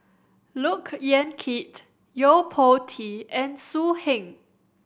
Look Yan Kit Yo Po Tee and So Heng